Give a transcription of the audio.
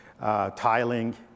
tiling